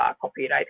copyright